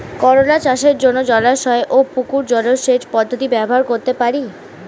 করোলা চাষের জন্য জলাশয় ও পুকুর জলসেচ পদ্ধতি ব্যবহার করতে পারি?